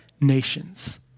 nations